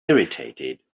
irritated